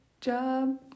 job